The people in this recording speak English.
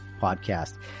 podcast